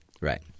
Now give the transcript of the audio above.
Right